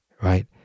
right